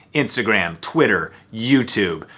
instagram, twitter, youtube,